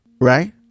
right